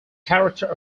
character